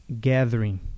gathering